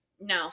no